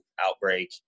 outbreak